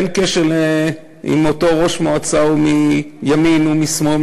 אין קשר אם אותו ראש מועצה הוא מימין או משמאל,